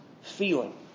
feeling